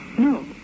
No